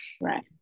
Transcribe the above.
right